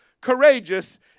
courageous